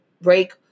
break